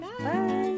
Bye